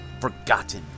forgotten